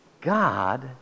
God